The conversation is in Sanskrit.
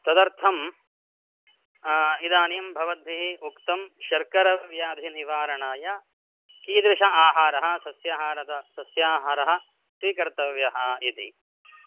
तदर्थं इदानीं भवद्भिः उक्तं शर्करव्याधिनिवारणाय कीदृश आहारः सस्याहारः सस्याहारः स्वीकर्तव्यः इति